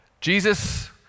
Jesus